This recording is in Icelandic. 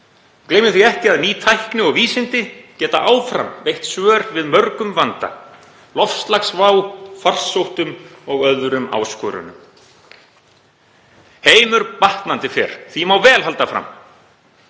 Gleymum því ekki að ný tækni og vísindi geta áfram veitt svör við mörgum vanda, loftslagsvá, farsóttum og öðrum áskorunum. Heimur batnandi fer. Því má vel halda fram.